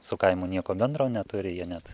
su kaimu nieko bendro neturi jie net